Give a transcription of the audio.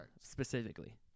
specifically